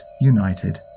united